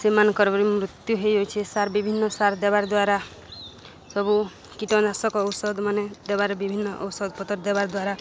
ସେମାନଙ୍କର ମୃତ୍ୟୁ ହେଇଯାଇଛି ସାର୍ ବିଭିନ୍ନ ସାର୍ ଦେବାର୍ ଦ୍ୱାରା ସବୁ କୀଟନାଶକ ଔଷଧ ମାନେ ଦେବାରେ ବିଭିନ୍ନ ଔଷଧ ପତ୍ର ଦେବ ଦ୍ୱାରା